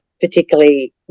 particularly